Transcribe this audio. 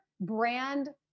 brand